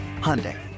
Hyundai